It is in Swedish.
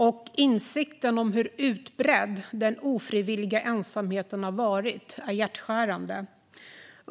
Och insikten om hur utbredd den ofrivilliga ensamheten har varit är hjärtskärande.